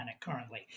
currently